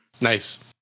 Nice